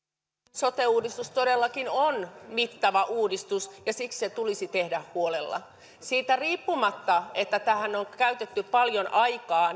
sote uudistus todellakin on mittava uudistus ja siksi se tulisi tehdä huolella siitä riippumatta että tähän on käytetty paljon aikaa